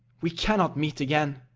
we cannot meet again.